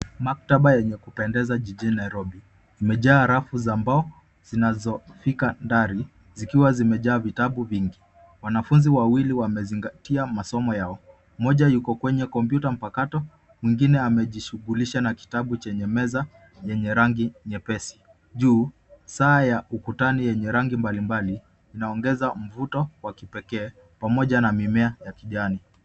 Maktaba yenye kupendeza jijini Nairobi. Kumejaa rafu za mbao zinazofika dari zikiwa zimejaa vitabu vingi. Wanafunzi wawili wamezingatia masomo yao; mmoja yuko kwenye kompyuta mpakato, mwingine amejishughulisha na kitabu chenye meza yenye rangi nyepesi. Juu, saa ya ukutani yenye rangi mbalimbali inaongeza mvuto wa kipekee pamoja na mimea ya kijani.